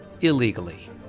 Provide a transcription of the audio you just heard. illegally